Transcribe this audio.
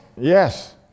yes